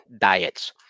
diets